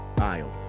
aisle